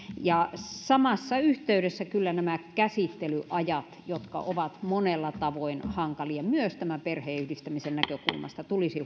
samassa yhteydessä kyllä nämä käsittelyajat jotka ovat monella tavoin hankalia myös tämän perheenyhdistämisen näkökulmasta tulisi